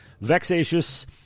vexatious